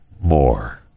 more